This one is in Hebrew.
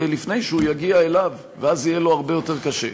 לפני שהוא יגיע אליו ואז יהיה לו הרבה יותר קשה.